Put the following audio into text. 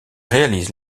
réalise